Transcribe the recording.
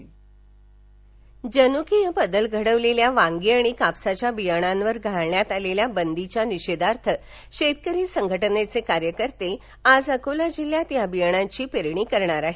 शेतकरी संघटना जन्कीय बदल घडवलेल्या वांगी आणि कापसाच्या बियाण्यावर घालण्यात आलेल्या बंदीच्या निषेधार्थ शेतकरी संघटनेचे कार्यकर्ते आज अकोला जिल्ह्यात या बियाण्याची पेरणी करणार आहेत